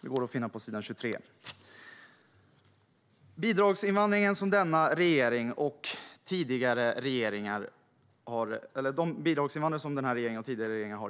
Det går att finna på s. 23. Bidragsinvandrare som denna regering och tidigare regeringar har